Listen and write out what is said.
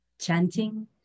Chanting